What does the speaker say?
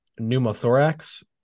pneumothorax